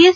S